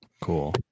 cool